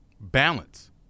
Balance